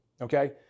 okay